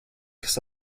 kas